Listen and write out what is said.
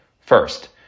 First